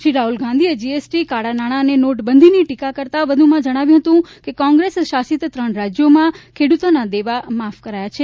શ્રી રાહુલ ગાંધીએ જીએસટી કાળા નાણાં અને નોટબંધીની ટીકા કરતાં વધુમાં જણાવ્યું હતું કે કોંગ્રેસ શાસિત ત્રણ રાજ્યોમાં ખેડૂતોના દેવા માફ કર્યા છે